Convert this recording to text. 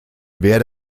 wer